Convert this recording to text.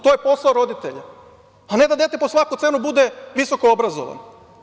To je posao roditelja, a ne da dete po svaku cenu bude visokoobrazovano.